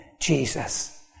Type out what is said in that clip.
Jesus